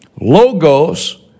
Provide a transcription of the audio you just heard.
Logos